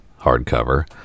hardcover